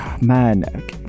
man